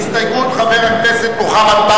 ההסתייגויות של קבוצת סיעת